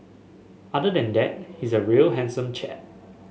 other than that he's a real handsome chap